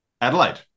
Adelaide